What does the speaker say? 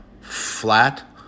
flat